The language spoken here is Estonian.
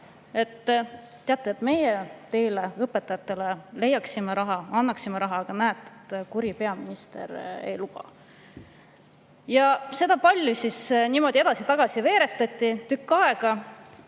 teate, meie teile, õpetajatele, leiaksime raha, annaksime raha, aga näe, kuri peaminister ei luba. Ja seda palli siis niimoodi edasi-tagasi veeretati tükk aega.